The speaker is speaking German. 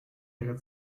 ihre